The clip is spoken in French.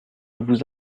vous